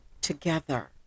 together